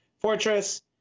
Fortress